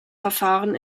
verfahren